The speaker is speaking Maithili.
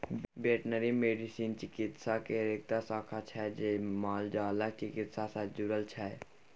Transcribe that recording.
बेटनरी मेडिसिन चिकित्सा केर एकटा शाखा छै जे मालजालक चिकित्सा सँ जुरल छै